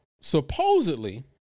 supposedly